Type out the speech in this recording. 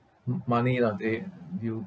mm money lah they if you